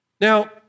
Now